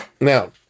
Now